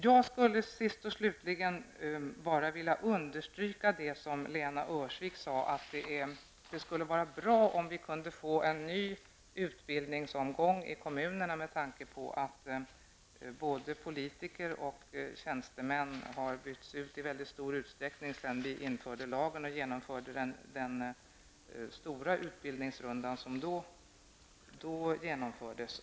Jag vill slutligen understryka det Lena Öhrsvik sade: Det vore bra om vi kunde få en ny utbildningsomgång i kommunerna med tanke på att både politiker och tjänstemän i mycket stor utsträckning har bytts ut sedan lagen infördes och den utbildningsrunda som då genomfördes.